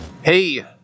Hey